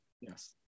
yes